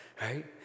right